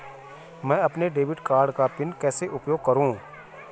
मैं अपने debit card का पिन कैसे उपयोग करूँ?